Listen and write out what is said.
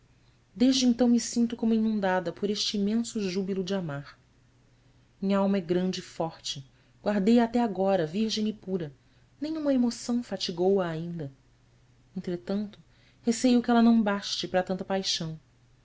desde então me sinto como inundada por este imenso júbilo de amar minha alma é grande e forte guardei a até agora virgem e pura nem uma emoção fatigou a ainda entretanto receio que ela não baste para tanta paixão